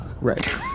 Right